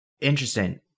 Interesting